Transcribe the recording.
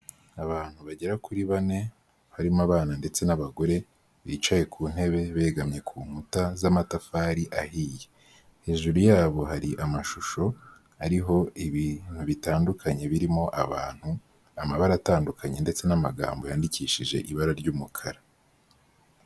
Abantu bagera kuri bane, harimo abana ndetse n'abagore, bicaye ku ntebe begamye ku nkuta z'amatafari ahiye. Hejuru yabo hari amashusho ariho ibintu bitandukanye birimo abantu, amabara atandukanye ndetse n'amagambo yandikishije ibara ry'umukara.